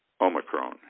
Omicron